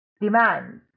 demands